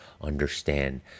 understand